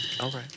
Okay